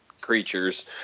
creatures